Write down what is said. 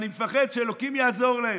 אני מפחד שאלוקים יעזור להם.